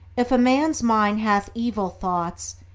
if a man's mind hath evil thoughts,